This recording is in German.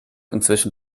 inzwischen